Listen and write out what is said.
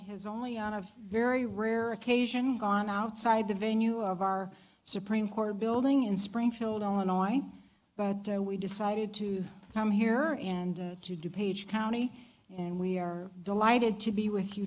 his only out of very rare occasion gone outside the venue of our supreme court building in springfield illinois but we decided to come here and to do page county and we are delighted to be with you